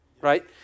right